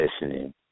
listening